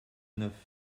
neuf